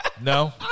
no